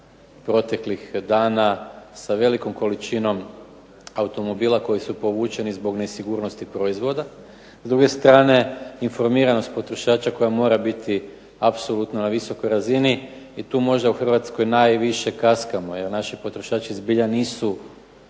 proteklih dana sa velikom količinom automobila koji su povučeni zbog nesigurnosti proizvoda. S druge strane, informiranost potrošača koja mora biti apsolutno na visokoj razini i tu možda u Hrvatskoj najviše kaskamo jer naši potrošači zbilja nisu